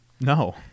No